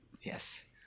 Yes